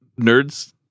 nerds